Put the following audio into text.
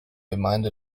gemeinde